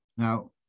Now